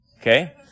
Okay